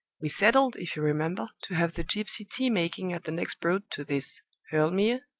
we settled, if you remember, to have the gypsy tea-making at the next broad to this hurle mere?